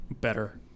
better